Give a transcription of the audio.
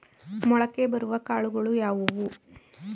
ಮೊಳಕೆ ಬರುವ ಕಾಳುಗಳು ಯಾವುವು?